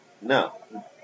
No